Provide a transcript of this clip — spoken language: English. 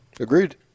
Agreed